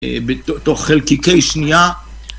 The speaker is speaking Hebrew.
בתוך חלקיקי שנייה